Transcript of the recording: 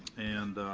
and